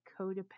codependent